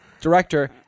director